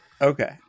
Okay